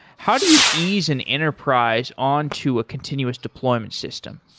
how do you ease an enterprise on to a continuous deployment system?